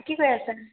কি কৰি আছা